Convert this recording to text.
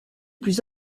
plus